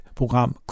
program